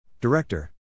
Director